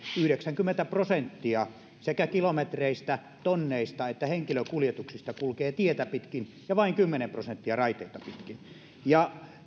yhdeksänkymmentä prosenttia sekä kilometreistä tonneista että henkilökuljetuksista kulkee tietä pitkin ja vain kymmenen prosenttia raiteita pitkin ja